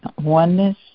oneness